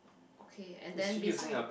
okay and then beside